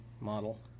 model